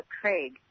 Craig